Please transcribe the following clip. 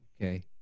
Okay